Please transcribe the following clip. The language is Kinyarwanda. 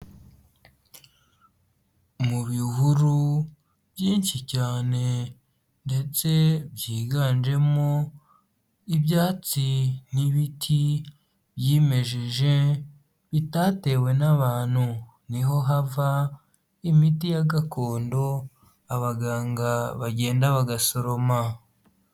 Mu bihuru byinshi cyane ndetse byiganjemo ibyatsi n'ibiti byimejeje bitatewe n'abantu niho hava imiti ya gakondo abaganga bagenda bagasoroma.